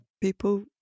People